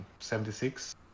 76